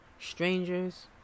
Strangers